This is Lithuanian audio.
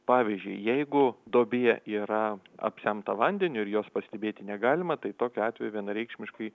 pavyzdžiui jeigu duobė yra apsemta vandeniu ir jos pastebėti negalima tai tokiu atveju vienareikšmiškai